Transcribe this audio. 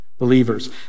believers